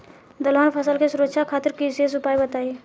दलहन फसल के सुरक्षा खातिर विशेष उपाय बताई?